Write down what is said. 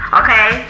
okay